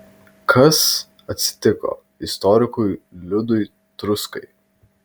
kas atsitiko istorikui liudui truskai